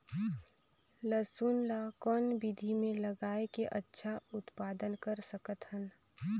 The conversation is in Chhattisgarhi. लसुन ल कौन विधि मे लगाय के अच्छा उत्पादन कर सकत हन?